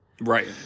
Right